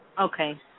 okay